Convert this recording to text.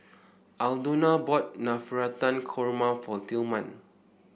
Aldona bought Navratan Korma for Tillman